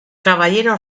caballero